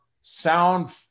sound